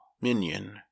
Minion